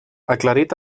aclarit